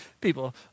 people